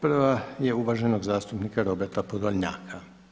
Prava je uvaženog zastupnika Roberta Podolnjaka.